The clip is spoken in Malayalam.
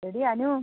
എടി അനൂ